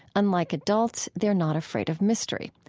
unlike adults, they're not afraid of mystery.